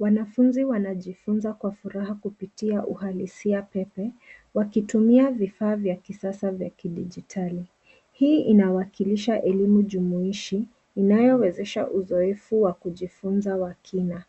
Wanafunzi wanajifunza kwa furaha kupitia kwa uhalisia pepe, wakitumia vifaa vya kisasa vya kidijitali. Hii inawakilisha elimu jumuishi, inayowezesha uzoefu wa kujifunza wa kina.